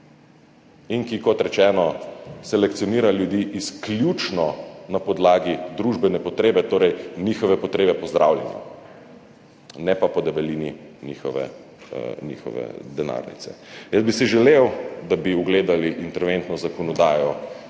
in ki, kot rečeno, selekcionira ljudi izključno na podlagi družbene potrebe, torej njihove potrebe po zdravljenju, ne pa po debelini njihove denarnice. Želel bi si, da bi ugledali interventno zakonodajo,